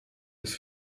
ist